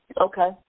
Okay